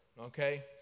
okay